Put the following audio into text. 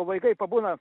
vaikai pabūna